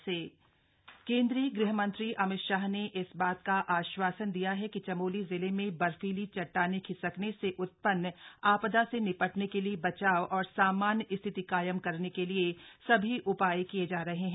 गहमंत्री चमोली आपदा केन्द्रीय गृह मंत्री अमित शाह ने इस बात का आश्वासन दिया है कि चमोली जिले में बर्फीली चट्टाने खिसकने से उत्पन्न आपदा से निपटने के लिए बचाव और सामान्य स्थिति कायम करने के लिए सभी उपाय किये जा रहे हैं